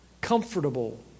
comfortable